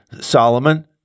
Solomon